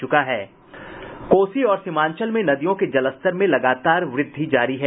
कोसी और सीमांचल में नदियों के जलस्तर में लगातार वृद्धि जारी है